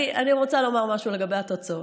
אני רוצה לומר משהו על התוצאות.